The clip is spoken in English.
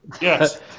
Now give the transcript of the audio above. Yes